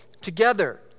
together